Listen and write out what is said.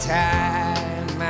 time